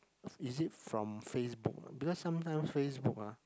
is it from FaceBook because sometimes FaceBook ah